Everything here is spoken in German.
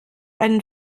einen